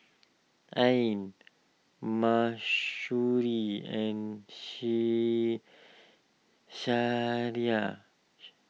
Ain Mahsuri and